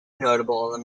notable